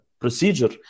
procedure